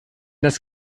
das